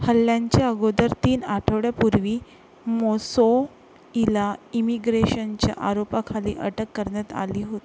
हल्ल्यांच्या अगोदर तीन आठवड्यापूर्वी मोसोईला इमिग्रेशनच्या आरोपाखाली अटक करण्यात आली हो